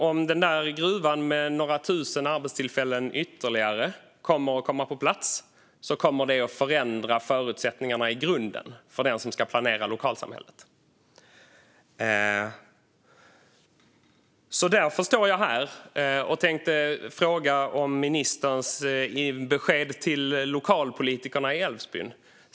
Om gruvan kommer på plats med ytterligare några tusen arbetstillfällen kommer det att förändra förutsättningarna i grunden för den som ska planera lokalsamhället. Jag vill därför fråga om ministerns besked till lokalpolitikerna i Älvsbyn.